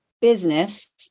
business